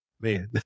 Man